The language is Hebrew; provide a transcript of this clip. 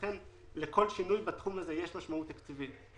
לכל שינוי בתחום הזה יש משמעות תקציבית.